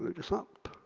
this up